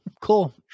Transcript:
cool